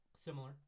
similar